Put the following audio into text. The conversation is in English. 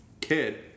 kid